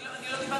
אני לא דיברתי,